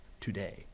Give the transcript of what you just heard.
today